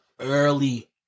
early